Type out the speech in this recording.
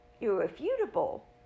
irrefutable